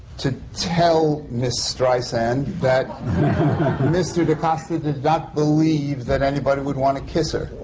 to tell miss streisand that mr. de costa did not believe that anybody would want to kiss her.